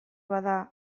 bada